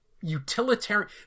utilitarian